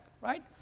right